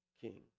king